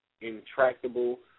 intractable